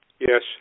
Yes